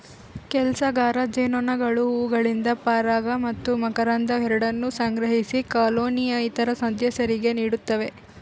ಕೆಲಸಗಾರ ಜೇನುನೊಣಗಳು ಹೂವುಗಳಿಂದ ಪರಾಗ ಮತ್ತು ಮಕರಂದ ಎರಡನ್ನೂ ಸಂಗ್ರಹಿಸಿ ಕಾಲೋನಿಯ ಇತರ ಸದಸ್ಯರಿಗೆ ನೀಡುತ್ತವೆ